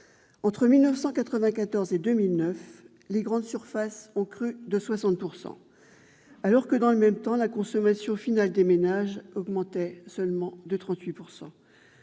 Entre 1994 et 2009, les grandes surfaces ont crû de 60 %, alors que, dans le même temps, la consommation finale des ménages augmentait seulement de 38 %.